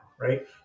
right